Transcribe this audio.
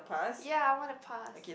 ya I want to pass